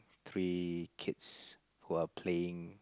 three kids who are playing